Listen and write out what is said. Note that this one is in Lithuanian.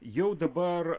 jau dabar